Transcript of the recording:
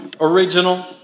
original